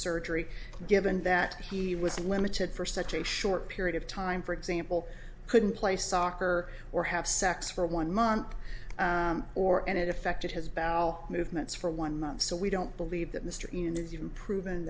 surgery given that he was limited for such a short period of time for example couldn't play soccer or have sex for one month or and it affected his bowel movements for one month so we don't believe that mr union is even proven